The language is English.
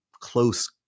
Close